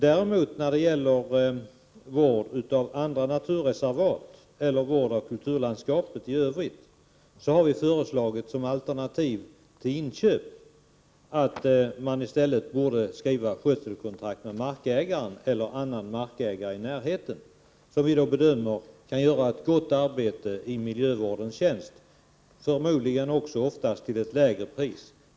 När det däremot gäller vård av andra naturreservat eller vård av kulturlandskapet i övrigt har vi som alternativ till inköp föreslagit att man i stället borde skriva skötselkontrakt med markägaren eller annan markägare i närheten, vilken vi då bedömer kan göra ett gott arbete i miljövårdens tjänst —- förmodligen också oftast till ett lägre pris.